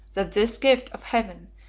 that this gift of heaven,